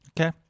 Okay